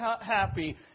happy